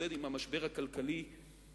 ונתמודד עם המשבר הכלכלי ביחד,